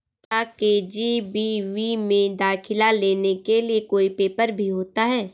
क्या के.जी.बी.वी में दाखिला लेने के लिए कोई पेपर भी होता है?